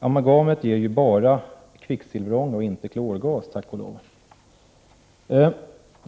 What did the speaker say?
Amalgamet ger ju ”bara” kvicksilverånga, inte klorgas tack och lov.